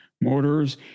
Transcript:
mortars